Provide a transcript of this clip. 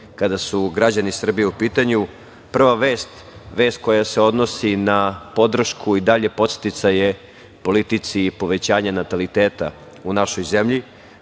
kada su građani Srbije u pitanju. Prva vest, vest koja se odnosi na podršku i dalje podsticaje politici povećanja nataliteta u našoj zemlji.